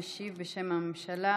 משיב בשם הממשלה